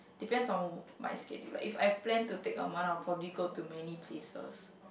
depends on my schedule like if I plan to take a month I'll probably go to many places